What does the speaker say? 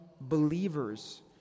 believers